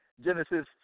Genesis